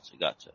gotcha